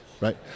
right